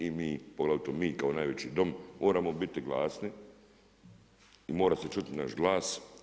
I vi, i mi, poglavito mi kao najveći Dom moramo biti glasni i mora se čuti naš glas.